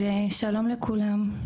ט': אז שלום לכולם,